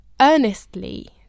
earnestly